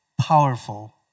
powerful